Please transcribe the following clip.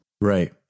Right